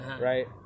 right